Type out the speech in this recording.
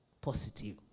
positive